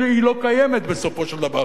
כי היא לא קיימת בסופו של דבר.